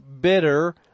bitter